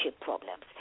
problems